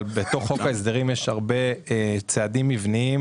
בתוך חוק ההסדרים יש הרבה צעדים מבניים